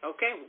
Okay